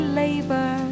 labor